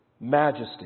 majesty